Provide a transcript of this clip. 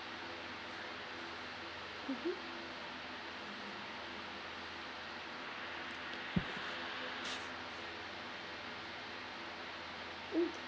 mmhmm mm